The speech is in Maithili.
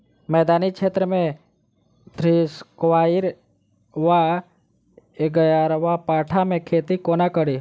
मैदानी क्षेत्र मे घृतक्वाइर वा ग्यारपाठा केँ खेती कोना कड़ी?